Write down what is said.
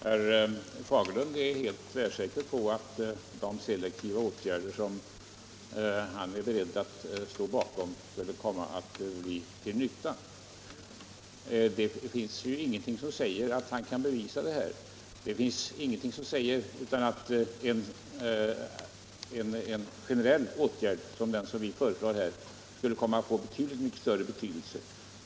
Herr talman! Herr Fagerlund är tvärsäker på att de selektiva åtgärder han är beredd att ställa sig bakom skulle komma att bli till nytta. Det kan han inte bevisa. Det finns ingenting som säger att inte en generell åtgärd, som den som vi nu föreslår, skulle komma att få betydligt större betydelse.